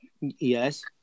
Yes